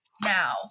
now